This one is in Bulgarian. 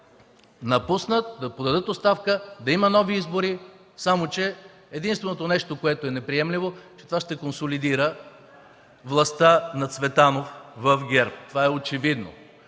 напуснат, да подадат оставка, да има нови избори, но единственото неприемливо нещо е, че това ще консолидира властта на Цветанов в ГЕРБ. Това е очевидно